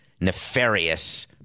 nefarious